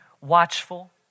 watchful